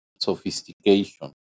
sophistication